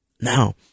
Now